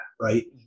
right